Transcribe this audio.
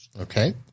okay